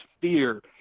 fear